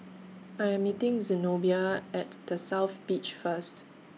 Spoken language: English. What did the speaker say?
I Am meeting Zenobia At The South Beach First